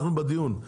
אנחנו בדיון.